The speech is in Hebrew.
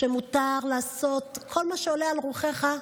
שמותר לעשות כל מה שעולה על רוחך,